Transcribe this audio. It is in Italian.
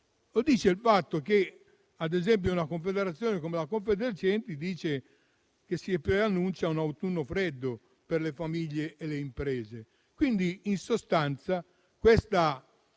Le dice il fatto che, ad esempio, una confederazione come la Confesercenti ci dice che si preannuncia un autunno freddo per le famiglie e le imprese. Quindi, in sostanza, questa NADEF non